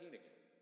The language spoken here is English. again